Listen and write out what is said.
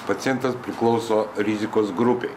pacientas priklauso rizikos grupei